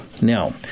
Now